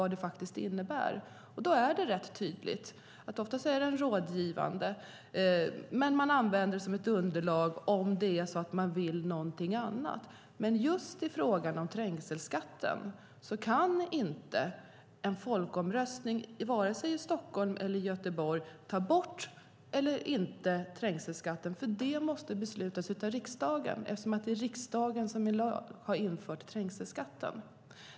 Då är det rätt tydligt att folkomröstningen oftast är rådgivande, men man använder det som ett underlag om man vill något annat. När det gäller just trängselskatten kan inte en folkomröstning i Stockholm eller Göteborg ta bort trängselskatten. Det måste beslutas av riksdagen eftersom riksdagen i lag har infört trängselskatt.